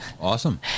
awesome